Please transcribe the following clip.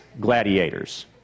gladiators